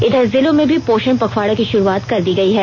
इधर जिलों में भी पोषण पखवाड़ा की शुरूआत कर दी गयी है